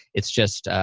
it's just,